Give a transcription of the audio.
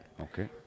Okay